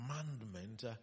commandment